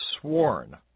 sworn